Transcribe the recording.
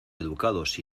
educados